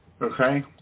Okay